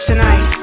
Tonight